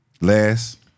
last